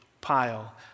pile